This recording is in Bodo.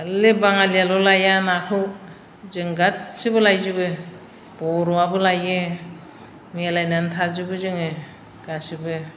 खालि बांङालियाल' लाया नाखौ जों गासैबो लायजोबो बर'आबो लायो मिलायनानै थाजोबो जोंङो गासैबो